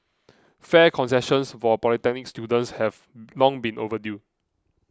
fare concessions for polytechnic students have long been overdue